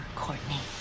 courtney